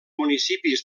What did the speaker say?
municipis